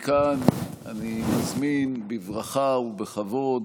מכאן אני מזמין בברכה ובכבוד